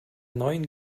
neuen